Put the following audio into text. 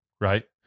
right